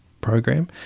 program